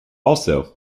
also